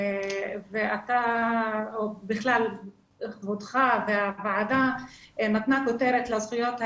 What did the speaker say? והוועדה --- כותרת לזכויות הילד,